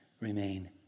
remain